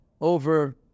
over